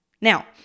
Now